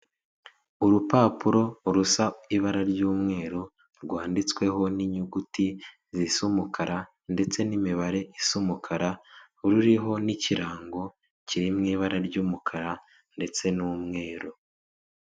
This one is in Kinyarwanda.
Urupapuro rusa ibara ry'umweru rwanditsweho n'inyuguti zisa n'umukara ndetse n'imibare isa n'umukara ruriho n'ikirango kiri mu ibara ry'umukara ndetse n'umweru.